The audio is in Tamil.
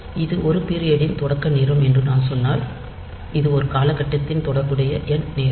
இது ஒரு பீரியட் ன் தொடக்க நேரம் என்று நான் சொன்னால் இது ஒரு காலகட்டத்தின் தொடர்புடைய n நேரம்